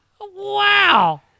Wow